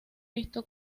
visto